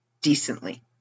decently